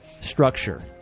structure